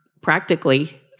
practically